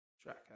track